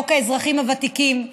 חוק האזרחים הוותיקים,